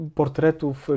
portretów